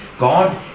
God